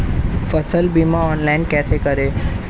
फसल बीमा ऑनलाइन कैसे करें?